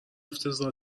افتضاح